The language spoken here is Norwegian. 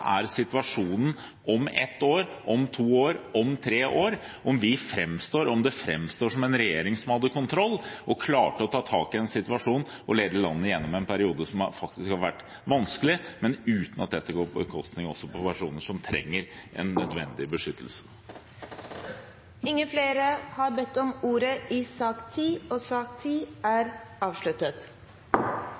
er situasjonen om ett år, om to år, om tre år – om man framstår som en regjering som hadde kontroll, og klarte å ta tak i en situasjon og lede landet gjennom en periode som faktisk har vært vanskelig, men uten at dette går på bekostning av personer som trenger en nødvendig beskyttelse. Flere har ikke bedt om ordet til sak nr. 10. Etter ønske fra kommunal- og